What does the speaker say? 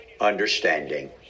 understanding